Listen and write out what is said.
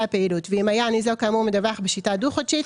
הפעילות ואם היה הניזוק כאמור מדווח בשיטה דו-חודשית,